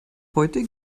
heute